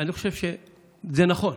אני חושב שזה נכון.